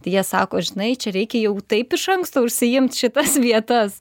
tai jie sako žinai čia reikia jau taip iš anksto užsiimt šitas vietas